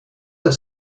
that